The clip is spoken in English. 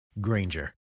Granger